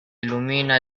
ilumina